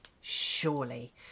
surely